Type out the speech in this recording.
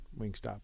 Wingstop